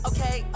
Okay